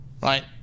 right